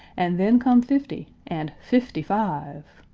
and then come fifty, and fifty-five.